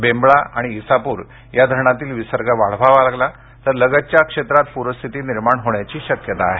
बेंबळा आणि इसापूर या धरणातील विसर्ग वाढवावा लागला तर लगतच्या क्षेत्रात पूरस्थिती निर्माण होण्याची शक्यता आहे